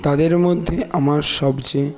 তাদের মধ্যে আমার সবচেয়ে